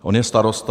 On je starosta.